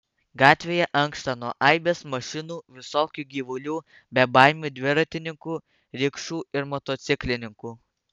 gatvėje ankšta nuo aibės mašinų visokių gyvulių bebaimių dviratininkų rikšų ir motociklininkų